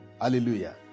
Hallelujah